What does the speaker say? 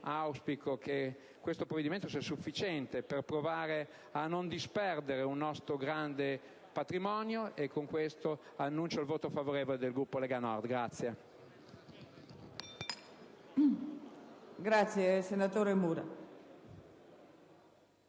pertanto che questo provvedimento sia sufficiente per provare a non disperdere un nostro grande patrimonio, e con questo annuncio il voto favorevole del Gruppo Lega Nord.